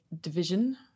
division